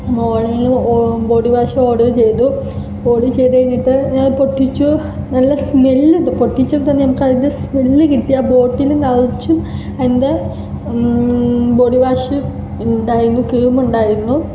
ഓണ്ലൈനില് body wash order ചെയ്തു order ചെയ്ത് കഴിഞ്ഞിട്ട് ഞാന് പൊട്ടിച്ചു നല്ല സ്മെല് ഉണ്ട് പൊട്ടിച്ചപ്പോൾ നമുക്കതിൻ്റെ സ്മെല് കിട്ടി ആ ബോട്ടില് നിറച്ചും എന്റെ ബോഡി വാഷ് ഉണ്ടായിരുന്നു കീം ഉണ്ടായിരുന്നു